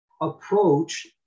approach